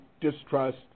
distrust